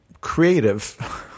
creative